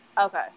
Okay